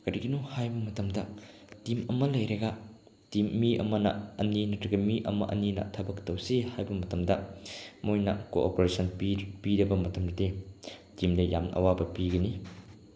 ꯀꯔꯤꯒꯤꯅꯣ ꯍꯥꯏꯕ ꯃꯇꯝꯗ ꯇꯤꯝ ꯑꯃ ꯂꯩꯔꯒ ꯇꯤꯝ ꯃꯤ ꯑꯃꯅ ꯑꯅꯤ ꯅꯠꯇꯔꯒ ꯃꯤ ꯑꯃ ꯑꯅꯤꯅ ꯊꯕꯛ ꯇꯧꯁꯤ ꯍꯥꯏꯕ ꯃꯇꯝꯗ ꯃꯣꯏꯅ ꯀꯣꯑꯣꯄꯔꯦꯁꯟ ꯄꯤ ꯄꯤꯔꯕ ꯃꯇꯝꯗꯗꯤ ꯇꯤꯝꯗ ꯌꯥꯝ ꯑꯋꯥꯕ ꯄꯤꯒꯅꯤ